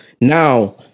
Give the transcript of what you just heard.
now